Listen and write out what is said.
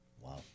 wow